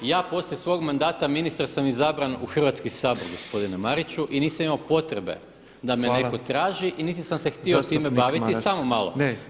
Ja poslije svog mandata ministra sam izabran u Hrvatski sabor gospodine Mariću i nisam imao potrebe da me netko traži [[Upadica predsjednik: Hvala.]] i niti sam se htio baviti [[Upadica predsjednik: Zastupnik Maras.]] Samo malo!